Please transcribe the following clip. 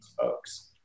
folks